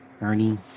Ernie